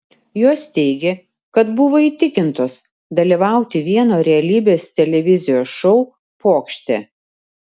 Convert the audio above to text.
jos teigė kad buvo įtikintos dalyvauti vieno realybės televizijos šou pokšte